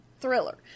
thriller